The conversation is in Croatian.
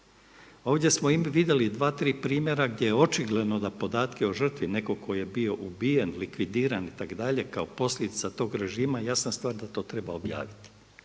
Ovdje smo vidjeli dva, tri primjera gdje je očigledno da podatke o žrtvi neko ko je bio ubijen, likvidiran itd. kao posljedica tog režima jasna stvar da to treba objaviti,